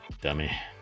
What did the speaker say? dummy